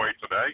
today